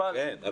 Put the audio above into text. כן.